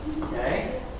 Okay